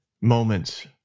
moments